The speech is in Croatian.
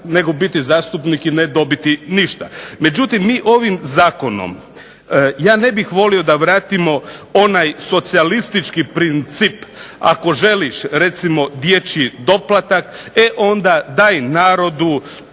nego biti zastupnik i ne dobiti ništa. Međutim mi ovim zakonom, ja ne bih volio da vratimo onaj socijalistički princip ako želiš recimo dječji doplatak, e onda daj narodu,